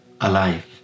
alive